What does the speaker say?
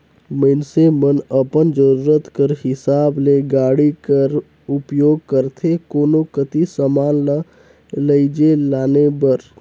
मइनसे मन अपन जरूरत कर हिसाब ले गाड़ी कर उपियोग करथे कोनो कती समान ल लेइजे लाने बर